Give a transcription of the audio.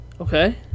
Okay